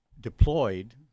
deployed